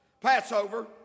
Passover